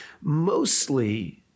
mostly